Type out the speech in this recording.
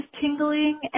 tingling